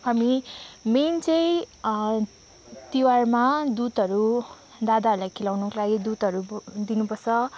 अनि मेन चाहिँ तिहारमा दुधहरू दादाहरूलाई खुवाउनुको लागि दुधहरू दिनुपर्छ